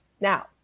Now